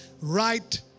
right